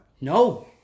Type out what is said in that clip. No